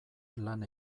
lan